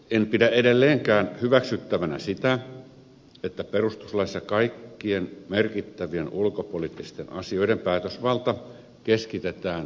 en pidä edelleenkään hyväksyttävänä sitä että perustuslaissa kaikkien merkittävien ulkopoliittisten asioiden päätösvalta keskitetään pääministerille